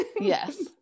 Yes